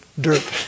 dirt